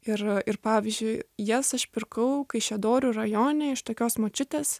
ir ir pavyzdžiui jas aš pirkau kaišiadorių rajone iš tokios močiutės